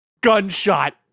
gunshot